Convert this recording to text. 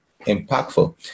impactful